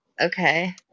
Okay